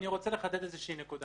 אני רוצה לחדד נקודה.